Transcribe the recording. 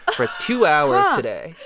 ah for two hours today.